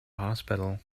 hospital